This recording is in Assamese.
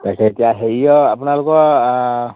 তাকে এতিয়া হেৰিও আপোনালোকৰ